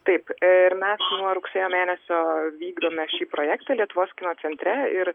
taip ir mes nuo rugsėjo mėnesio vykdome šį projektą lietuvos kino centre ir